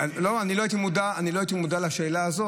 יש רכבים --- לא, אני לא הייתי מודע לשאלה הזאת.